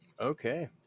okay